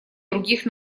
других